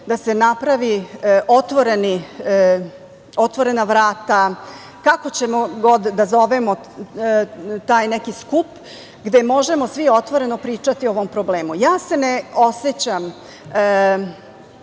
da se naprave otvorena vrata, kako ćemo god da zovemo taj neki skup gde možemo svi otvoreno pričati o ovom problemu. Ja se ne osećam